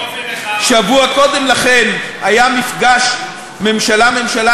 שבוע קודם לכן היה מפגש ממשלה ממשלה